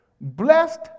blessed